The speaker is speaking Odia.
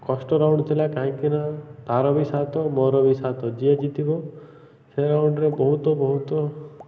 କଷ୍ଟ ରାଉଣ୍ଡ ଥିଲା କାହିଁକି ନା ତାର ବି ସାତ ମୋର ବି ସାତ ଯିଏ ଜିତିବ ସେ ରାଉଣ୍ଡରେ ବହୁତ ବହୁତ